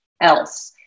else